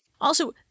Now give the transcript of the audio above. Also-